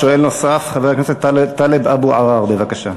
שואל נוסף, חבר הכנסת טלב אבו עראר, בבקשה.